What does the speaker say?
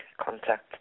contact